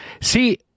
See